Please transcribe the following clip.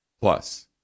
Plus